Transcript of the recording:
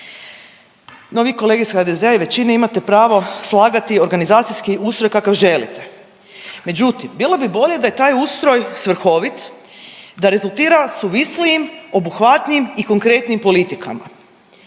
No vi kolege iz HDZ-a i većine imate pravo slagati organizacijski ustroj kakav želite. Međutim, bilo bi bolje da je taj ustroj svrhovit, da rezultira suvislijim, obuhvatnijim i konkretnijim politikama.